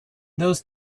those